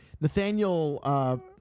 Nathaniel